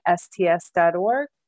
sts.org